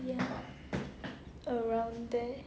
ya around there